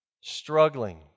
struggling